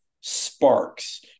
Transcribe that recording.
sparks